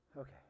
Okay